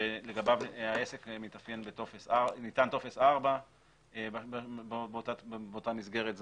שניתן טופס 4 באותה מסגרת זמן,